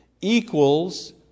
equals